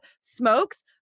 smokes